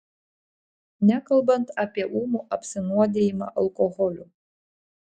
nekalbant apie ūmų apsinuodijimą alkoholiu